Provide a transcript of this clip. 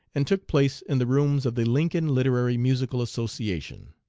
and took place in the rooms of the lincoln literary musical association